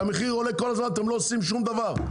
שהמחיר עולה כל הזמן ואתם לא עושים שום דבר.